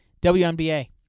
WNBA